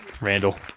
Randall